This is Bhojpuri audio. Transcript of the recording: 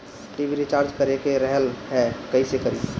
टी.वी रिचार्ज करे के रहल ह कइसे करी?